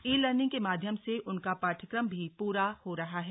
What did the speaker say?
ई learning के माध्यम से उनका पाठ्यक्रम भी पूरा हो रहा है